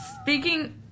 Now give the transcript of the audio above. Speaking